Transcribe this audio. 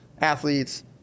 athletes